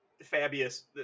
Fabius